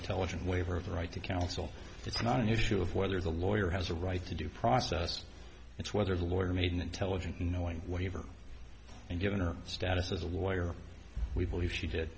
intelligent waiver of the right to counsel it's not an issue of whether the lawyer has a right to due process it's whether the lawyer made an intelligent knowing whatever and given her status as a lawyer we believe she did